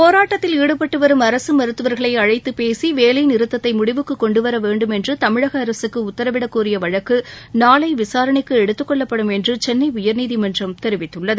போராட்டத்தில் ஈடுபட்டு வரும் அரசு மருத்துவர்களை அழைத்துப் பேசி வேலை நிறுத்தத்தை முடிவுக்கு கொண்டு வர வேண்டும் என்று தமிழக அரசுக்கு உத்தரவிடக்கோரிய வழக்கு நாளை விசாரணைக்கு எடுத்துக் கொள்ளப்படும் என்று சென்னை உயர்நீதிமன்றம் தெரிவித்துள்ளது